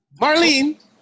Marlene